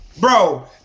Bro